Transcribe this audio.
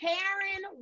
Karen